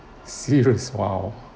serious !wow!